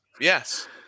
yes